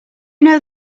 know